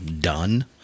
done